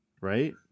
right